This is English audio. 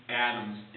atoms